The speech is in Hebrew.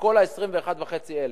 מכל ה-21,500,